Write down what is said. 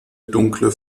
dunkle